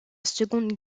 seconde